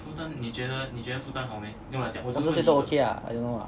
我是觉得 okay lah I don't know lah